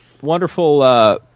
wonderful